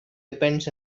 depends